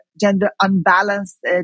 gender-unbalanced